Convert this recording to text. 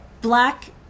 black